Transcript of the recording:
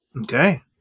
Okay